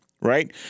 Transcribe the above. right